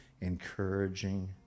encouraging